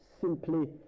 simply